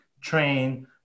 train